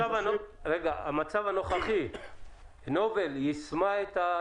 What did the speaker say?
במצב הנוכחי נובל מימשה את האיום שלה?